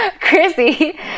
Chrissy